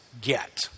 get